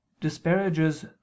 disparages